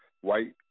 white